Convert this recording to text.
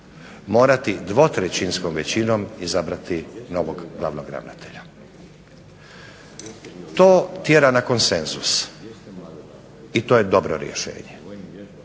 morati dvotrećinskom većinom izabrati novog glavnog ravnatelja. To tjera na konsenzus, i to je dobro rješenje.